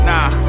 Nah